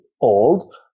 old